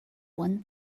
one